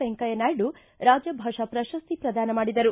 ವೆಂಕಯ್ಯನಾಯ್ನು ರಾಜಭಾಷಾ ಪ್ರಶಸ್ತಿ ಪ್ರದಾನ ಮಾಡಿದರು